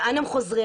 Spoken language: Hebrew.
לאן הם חוזרים,